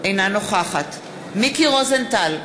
אינה נוכחת מיקי רוזנטל,